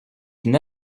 une